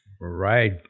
Right